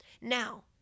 Now